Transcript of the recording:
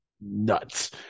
nuts